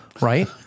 right